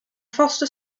foster